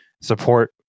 support